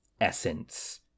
essence